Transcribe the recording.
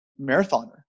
marathoner